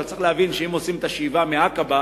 אבל צריך להבין שאם עושים את השאיבה מעקבה,